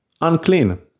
Unclean